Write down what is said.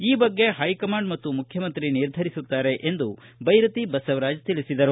ಈ ಬಗ್ಗೆ ಹೈಕಮಾಂಡ್ ಮತ್ತು ಮುಖ್ಯಮಂತ್ರಿ ನಿರ್ಧರಿಸುತ್ತಾರೆ ಎಂದು ಬ್ಲೆರತಿ ಬಸವರಾಜ ತಿಳಿಸಿದರು